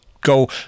go